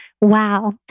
Wow